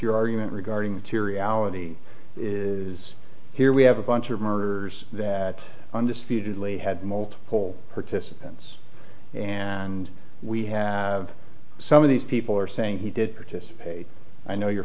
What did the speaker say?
your argument regarding curiosity is here we have a bunch of murders that undisputedly had multiple participants and we have some of these people are saying he did participate i know you're